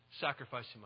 sacrificing